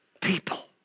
people